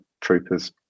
troopers